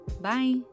Bye